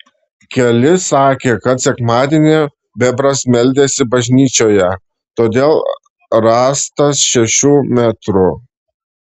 keli sakė kad sekmadienį bebras meldėsi bažnyčioje todėl rąstas šešių metrų